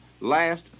last